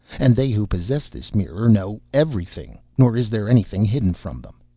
and they who possess this mirror know everything, nor is there anything hidden from them.